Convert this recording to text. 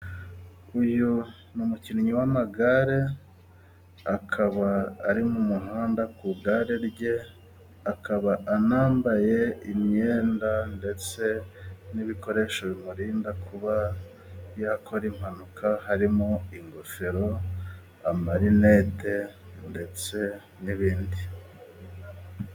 Uyu n'umukinnyi w'amagare akaba ari mu muhanda ku igare rye, akaba anambaye imyenda ndetse n'ibikoresho bimurinda kuba yakora impanuka harimo:ingofero, amarinete ndetse n'ibindi.